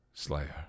Slayer